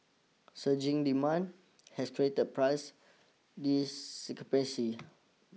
surging demand has created price discrepancy